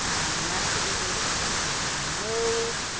and that typically is around the nose,